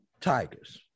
Tigers